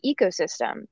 ecosystem